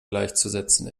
gleichzusetzen